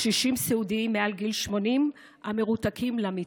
קשישים סיעודיים מעל גיל 80 המרותקים למיטה,